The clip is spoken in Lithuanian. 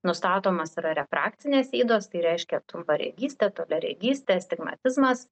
nustatomos yra refrakcinės ydos tai reiškia trumparegystė toliaregystė astigmatizavimas